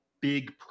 big